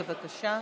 בבקשה.